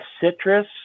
citrus